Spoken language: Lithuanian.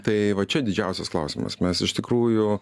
tai va čia didžiausias klausimas mes iš tikrųjų